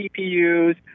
CPUs